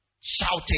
shouting